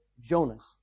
Jonas